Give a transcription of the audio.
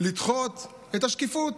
לדחות את השקיפות,